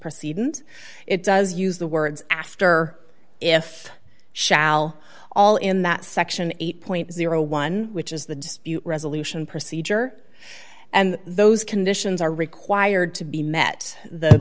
proceed and it does use the words after if shall all in that section eight dollars which is the dispute resolution procedure and those conditions are required to be met the